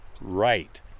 right